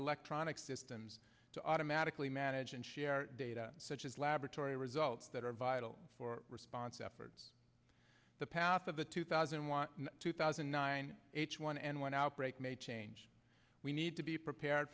electronic systems to automatically manage and share data such as laboratory results that are vital for response efforts the path of the two thousand watt two thousand and nine h one n one outbreak may change we need to be prepared